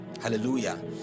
hallelujah